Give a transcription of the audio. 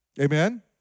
Amen